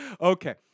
Okay